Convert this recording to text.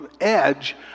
edge